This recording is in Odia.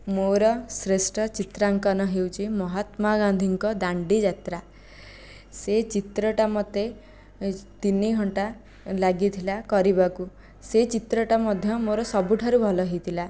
ମୋ'ର ଶ୍ରେଷ୍ଠ ଚିତ୍ରାଙ୍କନ ହେଉଛି ମହାତ୍ମା ଗାନ୍ଧୀଙ୍କ ଦାଣ୍ଡିଯାତ୍ରା ସେ ଚିତ୍ରଟା ମୋତେ ତିନିଘଣ୍ଟା ଲାଗିଥିଲା କରିବାକୁ ସେ ଚିତ୍ରଟା ମଧ୍ୟ ମୋ'ର ସବୁଠାରୁ ଭଲ ହୋଇଥିଲା